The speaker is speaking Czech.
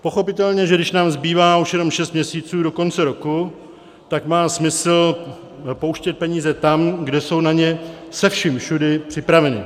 Pochopitelně, že když nám zbývá už jenom šest měsíců do konce roku, tak má smysl pouštět peníze tam, kde jsou na ně se vším všudy připraveni.